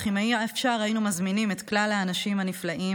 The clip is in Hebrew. אך אם היה אפשר היינו מזמינים את כלל האנשים הנפלאים,